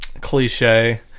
cliche